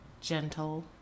gentle